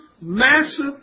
massive